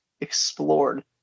explored